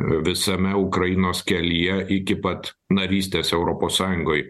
visame ukrainos kelyje iki pat narystės europos sąjungoj